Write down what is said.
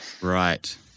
Right